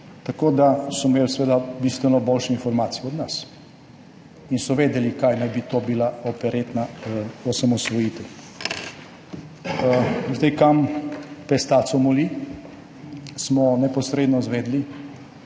tako da so imeli seveda bistveno boljše informacije od nas in so vedeli, kaj naj bi to bila operetna osamosvojitev. Kam pes taco moli, smo neposredno izvedeli